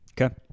Okay